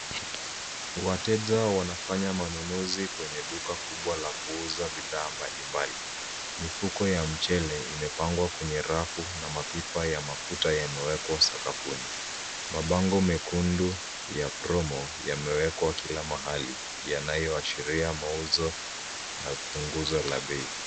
Wateja wanafanya manunuzi kwenye duka kubwa la kuuza bidhaa mbalimbali. Mifuko ya mchele imepangwa kwenye rafu na mapipa ya mafuta yamewekwa sakafuni. Mabango mekundu ya promo yamewekwa kila mahali, yanayoashiria mauzo na punguzo la bei.